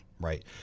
right